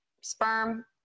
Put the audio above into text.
sperm